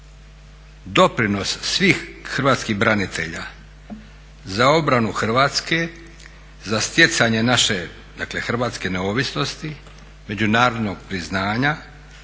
Doprinos svih hrvatskih branitelja za obranu Hrvatske, za stjecanje naše dakle hrvatske neovisnosti, međunarodnog priznanja,